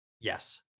Yes